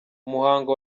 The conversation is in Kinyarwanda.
umuhango